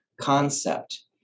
concept